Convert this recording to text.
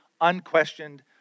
unquestioned